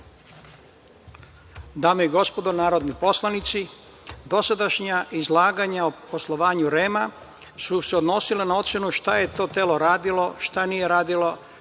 Dame i gospodo narodni poslanici, dosadašnja izlaganja o poslovanju REM-a su se odnosila na ocenu šta je to telo radilo, šta nije radilo,